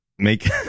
make